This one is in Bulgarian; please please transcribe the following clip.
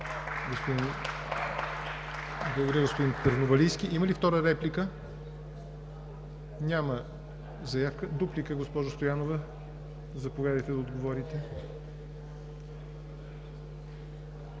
господин Търновалийски. Има ли втора реплика? Няма. Дуплика, госпожо Стоянова. Заповядайте да отговорите.